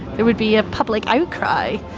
there would be a public outcry.